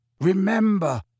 Remember